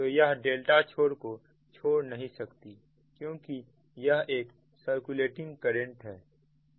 तो यह डेल्टा छोर को छोड़ नहीं सकती क्योंकि यह एक सर्कुलेटिंग करंट है